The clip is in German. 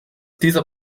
dieser